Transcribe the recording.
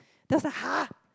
that's a !huh!